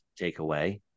takeaway